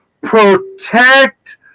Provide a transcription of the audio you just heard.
protect